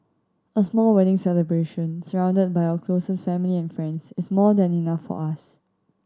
a small wedding celebration surrounded by our closest family and friends is more than enough for us